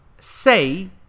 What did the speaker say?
Say